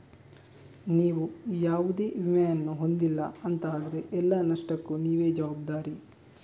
ನೀವು ಯಾವುದೇ ವಿಮೆಯನ್ನ ಹೊಂದಿಲ್ಲ ಅಂತ ಆದ್ರೆ ಎಲ್ಲ ನಷ್ಟಕ್ಕೂ ನೀವೇ ಜವಾಬ್ದಾರಿ